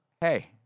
Hey